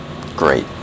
great